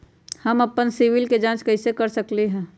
हम अपन सिबिल के जाँच कइसे कर सकली ह?